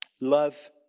love